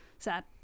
Sad